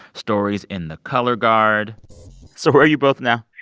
story's in the color guard so where are you both now?